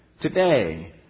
today